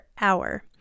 hour